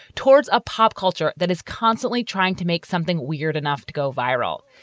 towards a pop culture that is constantly trying to make something weird enough to go viral.